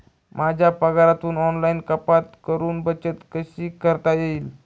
माझ्या पगारातून ऑनलाइन कपात करुन बचत कशी करता येईल?